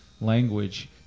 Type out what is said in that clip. language